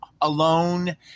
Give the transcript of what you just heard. alone